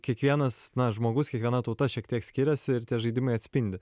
kiekvienas žmogus kiekviena tauta šiek tiek skiriasi ir tie žaidimai atspindi